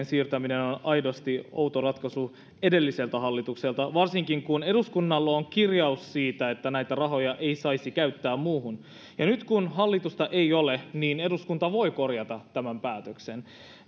siirtäminen on aidosti outo ratkaisu edelliseltä hallitukselta varsinkin kun eduskunnalla on kirjaus siitä että näitä rahoja ei saisi käyttää muuhun nyt kun hallitusta ei ole niin eduskunta voi korjata tämän päätöksen